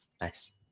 Nice